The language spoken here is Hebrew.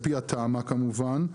על פי התמ"א כמובן,